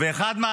אני רוצה לענות.